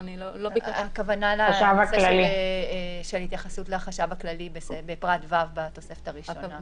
הכוונה לנושא של התייחסות לחשב הכללי בפרט (ו) בתוספת הראשונה.